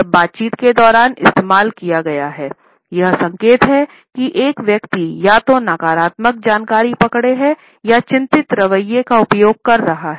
जब बातचीत के दौरान इस्तेमाल किया गया है यह संकेत है कि एक व्यक्ति या तो एक नकारात्मक जानकारी पकड़े हैं या चिंतित रवैये का उपयोग कर रहा है